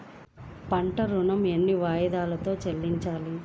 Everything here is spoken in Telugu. పంట ఋణం ఎన్ని వాయిదాలలో చెల్లించాలి?